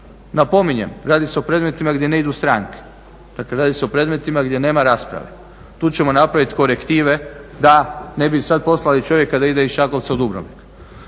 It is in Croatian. Napominjem, radi se o predmetima gdje ne idu stranke, dakle radi se o predmetima gdje nema rasprave. tu ćemo napraviti korektive da ne bi sada poslali čovjeka da ide iz Čakovca u Dubrovnik.